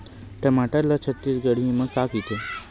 टमाटर ला छत्तीसगढ़ी मा का कइथे?